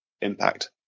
impact